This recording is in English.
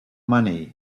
money